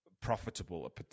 profitable